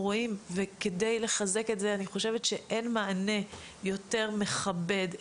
ואני חושבת שכדי לחזק את זה אין מענה יותר מכבד,